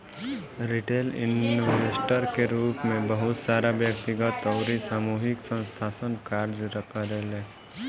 retail investor के रूप में बहुत सारा व्यक्तिगत अउरी सामूहिक संस्थासन कार्य करेले